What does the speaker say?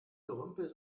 gerümpel